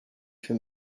for